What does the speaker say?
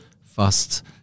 fast